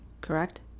correct